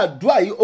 dry